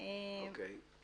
אוקיי.